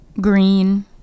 green